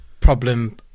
problem